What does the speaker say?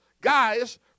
guys